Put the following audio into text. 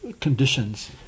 conditions